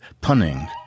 punning